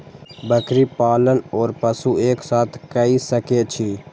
बकरी पालन ओर पशु एक साथ कई सके छी?